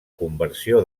conversió